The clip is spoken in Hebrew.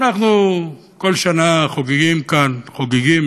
אנחנו כל שנה חוגגים כאן, חוגגים?